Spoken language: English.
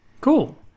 Cool